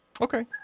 Okay